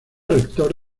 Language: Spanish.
rector